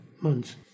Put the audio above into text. months